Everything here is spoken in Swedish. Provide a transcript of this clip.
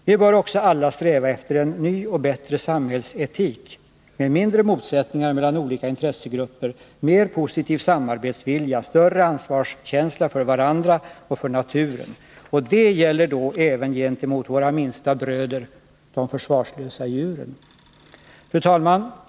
Vi bör också alla sträva efter en ny och bättre samhällsetik med mindre motsättningar mellan olika intressegrupper, mer positiv samarbetsvilja, större ansvarskänsla för varandra och för naturen. Och det gäller då även gentemot våra minsta bröder — de försvarslösa djuren. Fru talman!